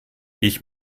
ich